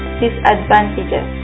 disadvantages